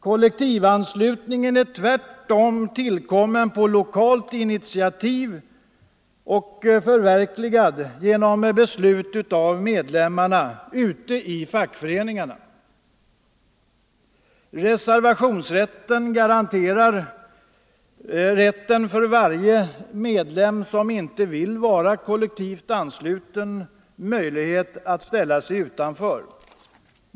Kollektivanslutningen är tvärtom tillkommen på lokalt initiativ och förverkligad genom beslut av medlemmarna ute i fackföreningarna. Reservationsrätten garanterar varje medlem som inte vill vara kollektivt ansluten möjligheten att ställa sig utanför.